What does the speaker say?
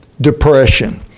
depression